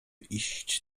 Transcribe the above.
iść